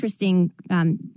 interesting